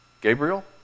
Gabriel